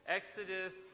Exodus